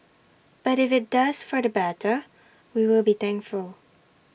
but if IT does for the better we will be thankful